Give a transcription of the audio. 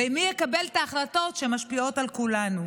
ומי יקבל את ההחלטות שמשפיעות על כולנו?